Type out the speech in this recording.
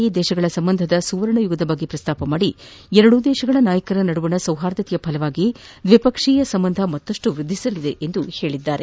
E ದೇಶಗಳ ಸಂಬಂಧದ ಸುವರ್ಣ ಯುಗದ ಬಗ್ಗೆ ಪ್ರಸ್ತಾಪಿಸಿ ಎರಡೂ ದೇಶಗಳ ನಾಯಕರ ನಡುವಿನ ಸೌಹಾದತೆಯ ಫಲವಾಗಿ ದ್ವಿಪಕ್ಷೀಯ ಸಂಬಂಧ ಮತ್ತಷ್ಟು ವೃದ್ದಿಸಲಿದೆ ಎಂದು ಹೇಳಿದ್ದಾರೆ